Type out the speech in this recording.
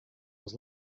was